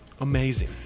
Amazing